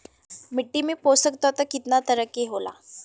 मिट्टी में पोषक तत्व कितना तरह के होला?